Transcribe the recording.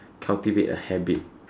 cultivate a habit